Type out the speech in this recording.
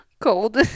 cold